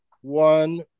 one